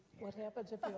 what happens if ah